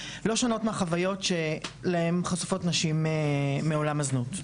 לא שונות מהחוויות שלהן חשופות נשים מעולם הזנות.